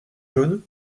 jaune